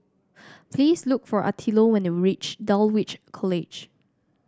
please look for Attilio when you reach Dulwich College